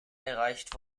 erreicht